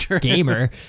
gamer